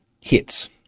hits